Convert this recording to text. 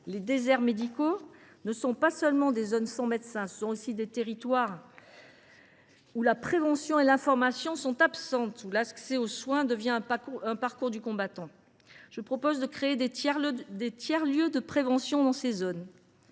Les déserts médicaux ne sont pas seulement des zones sans médecins : ce sont aussi des territoires où la prévention et l’information sont absentes et où l’accès aux soins devient un parcours du combattant. Je propose donc de créer de tiers lieux de prévention dans ces zones,